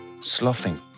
Sloughing